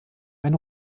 ein